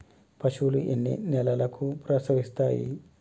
పశువులు ఎన్ని నెలలకు ప్రసవిస్తాయి?